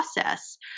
process